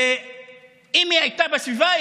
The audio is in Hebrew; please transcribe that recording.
ואם היא הייתה בסביבה,